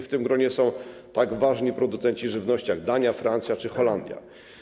W tym gronie są tak ważni producenci żywności, jak: Dania, Francja czy Holandia.